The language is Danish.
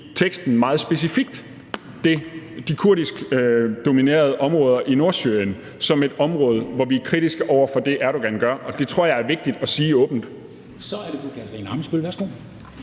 vedtagelse meget specifikt de kurdiskdominerede områder i Nordsyrien som et område, hvor vi er kritiske over for det, Erdogan gør, og det tror jeg er vigtigt at sige åbent. Kl. 13:50 Formanden (Henrik